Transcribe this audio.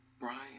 Brian